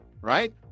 right